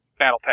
Battletech